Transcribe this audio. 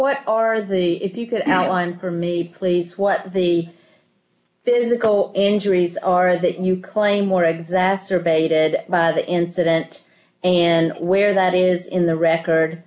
what are the if you cut out one for me please what the physical injuries are that you claim were exacerbated by the incident and where that is in the record